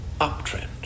uptrend